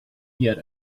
yet